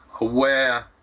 aware